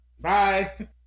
Bye